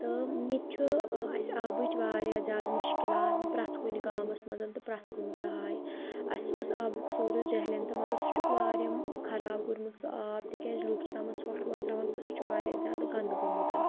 تہٕ ییٚتہِ چھُ اَسہِ آبٕچ واریاہ زیادٕ مُشکِلات پرٛٮ۪تھ کُنہِ گامَس منٛز تہٕ پرٛٮ۪تھ کُنہِ جاے اَسہِ اوس آبُک سورُس جہلم تہٕ مگر سُہ چھُکھ واریاہ خراب کوٚرمُت سُہ آب تِکیٛازِ لُکھ چھِ تَتھ منٛز ژھۄٹھ وۄٹھ ترٛاوان تہٕ سُہ چھُ واریاہ زیادٕ گنٛدٕ گوٚمُت